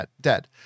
dead